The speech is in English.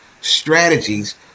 strategies